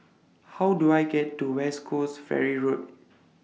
How Do I get to West Coast Ferry Road